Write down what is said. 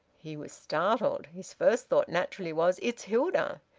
he was startled. his first thought naturally was, it's hilda!